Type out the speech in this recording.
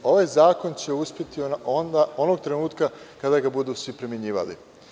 Ovaj zakon će uspeti onog trenutka kada ga budu svi primenjivali.